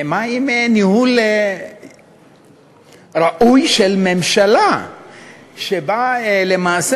מה עם ניהול ראוי של ממשלה שבה למעשה